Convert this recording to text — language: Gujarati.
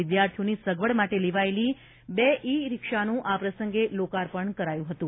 વિદ્યાર્થીઓની સગવડ માટે લેવાયેલી બે ઇ રીક્ષાનું આ પ્રસંગે લોકાર્પણ કરાયું હતું